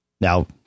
Now